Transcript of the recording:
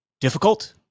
difficult